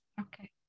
Okay